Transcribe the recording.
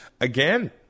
Again